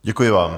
Děkuji vám.